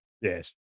Yes